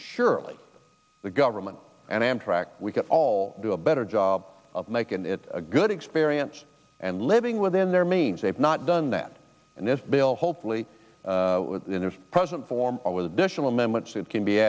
surely the government and amtrak we could all do a better job of making it a good experience and living within their means they've not done that in this bill hopefully in their present form with additional amendments that can be